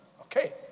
Okay